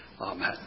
Amen